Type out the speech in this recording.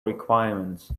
requirements